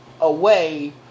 away